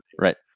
Right